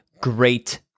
great